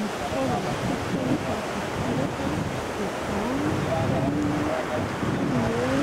Ny fitaovana fototra hita amin'ny bisikileta, guidon, chaîne, pneu,